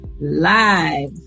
Live